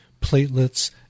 platelets